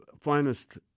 finest